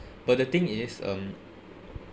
but the thing is um